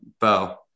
Bo